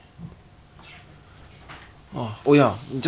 next level in hell lah in hell ah I tell you